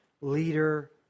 leader